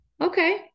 okay